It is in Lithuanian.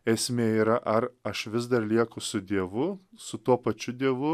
esmė yra ar aš vis dar lieku su dievu su tuo pačiu dievu